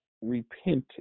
repented